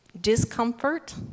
discomfort